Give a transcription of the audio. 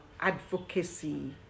advocacy